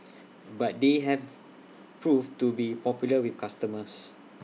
but they have proved to be popular with customers